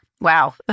Wow